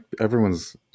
Everyone's